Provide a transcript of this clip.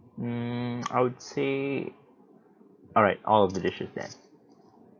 mm I would say alright all of the dishes then